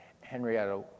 Henrietta